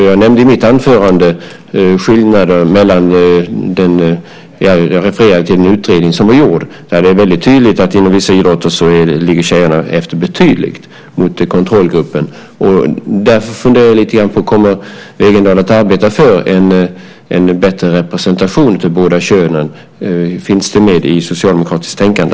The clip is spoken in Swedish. Jag refererade i mitt anförande till den utredning som är gjord och som visar väldigt tydligt att inom vissa idrotter ligger tjejerna efter betydligt gentemot kontrollgruppen. Kommer Wegendal att arbeta för en bättre representation av både könen? Finns det med i socialdemokratiskt tänkande?